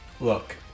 look